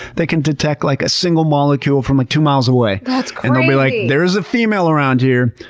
they can detect like a single molecule from like two miles away and they'll be like, there is a female around here,